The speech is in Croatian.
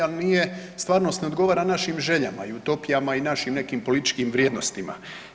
Ali nije, stvarnost ne odgovara našim željama i utopijama i našim nekim političkim vrijednostima.